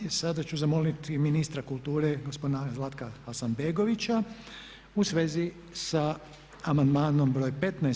Sada ću zamoliti ministra kulture, gospodina Zlatka Hasanbegovića u svezi sa amandmanom br. 15.